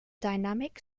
dynamic